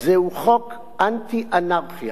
זהו חוק אנטי אנרכיה.